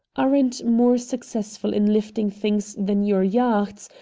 aren't more successful in lifting things than your yachts,